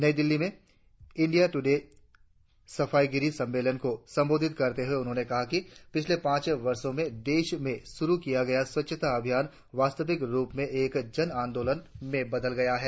नई दिल्ली में इंडिया ट्रडे सफाईगिरी सम्मेलन को संबोधित करते हुए उन्होंने कहा कि पिछले पांच वर्षों में देश में शुरु किया गया स्वच्छता अभियान वास्तविक रुप से एक जन आंदोल्न में बदल गया है